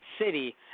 city